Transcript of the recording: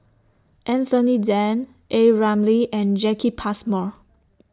Anthony Then A Ramli and Jacki Passmore